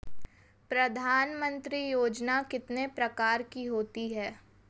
प्रधानमंत्री योजना कितने प्रकार की होती है?